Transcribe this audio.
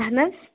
اَہَن حظ